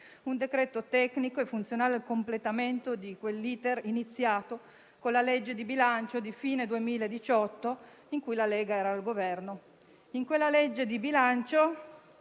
provvedimento tecnico e funzionale al completamento di quell'*iter* iniziato con la legge di bilancio di fine 2018, quando la Lega era al Governo.